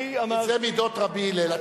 זה מידות רבי הלל.